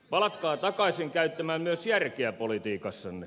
palatkaa takaisin käyttämään myös järkeä politiikassanne